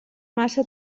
massa